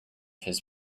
his